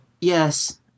Yes